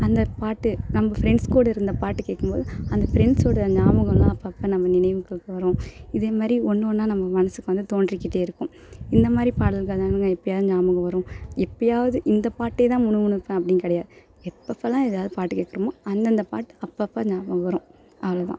அந்த பாட்டு நம்ம ஃப்ரெண்ட்ஸ் கூட இருந்த பாட்டு கேட்கும்போது அந்த ஃப்ரெண்ட்ஸோட ஞாபகமெலாம் அப்பப்போ நம்ம நினைவுகளுக்கு வரும் இதேமாதிரி ஒன்று ஒன்றா நம்ம மனதுக்கு வந்து தோன்றிக்கிட்டே இருக்கும் இந்தமாதிரி பாடல்கள் தானங்க எப்பயாவது ஞாபகம் வரும் எப்பயாவது இந்த பாட்டேதான் முணுமுணுப்பேன் அப்படின்னு கிடையாது எப்பெப்பலாம் ஏதாவது பாட்டு கேட்குறோமோ அந்தந்த பாட்டு அப்பப்போ ஞாபகம் வரும் அவ்வளோ தான்